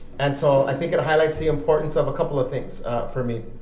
and so i think it highlights the importance of a couple of things for me.